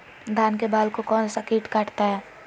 धान के बाल को कौन सा किट काटता है?